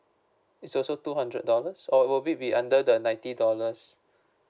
it's also two hundred dollars or will it be under the ninety dollars